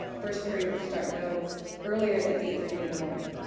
ah first period would start no earlier than eight thirty in the morning.